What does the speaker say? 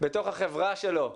בתוך החברה שלו,